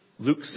Luke